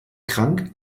krank